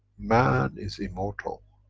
man is immortal,